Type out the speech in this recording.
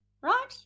right